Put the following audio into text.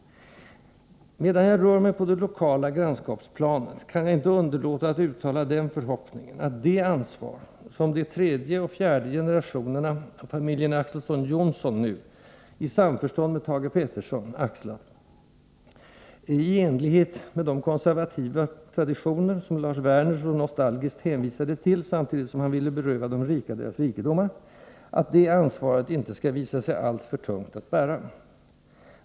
Medan jag rör mig på det lokala grannskapsplanet kan jag inte underlåta att uttala den förhoppningen att det ansvar som de tredje och fjärde generationerna av familjen Axelson Johnson nu — i samförstånd med Thage Peterson — axlat, i enlighet med de konservativa traditioner som Lars Werner så nostalgiskt hänvisade till — samtidigt som han vill beröva de rika deras rikedomar — inte skall visa sig alltför tungt att bära.